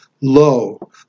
low